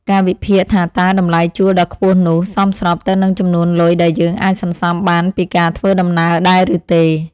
ការវិភាគថាតើតម្លៃជួលដ៏ខ្ពស់នោះ សមស្របទៅនឹងចំនួនលុយដែលយើងអាចសន្សំបានពីការធ្វើដំណើរដែរឬទេ។